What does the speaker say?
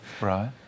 Right